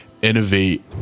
innovate